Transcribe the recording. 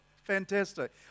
Fantastic